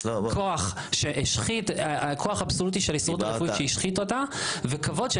כוח אבסולוטי של ההסתדרות הרפואית שהשחית אותה וכבוד של